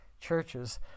churches